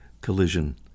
collision